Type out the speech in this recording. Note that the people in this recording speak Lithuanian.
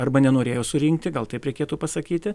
arba nenorėjo surinkti gal taip reikėtų pasakyti